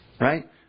Right